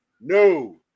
no